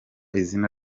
izina